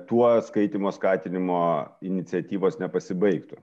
tuo skaitymo skatinimo iniciatyvos nepasibaigtų